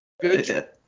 Good